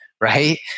right